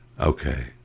Okay